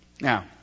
Now